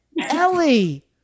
Ellie